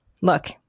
Look